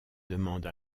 demande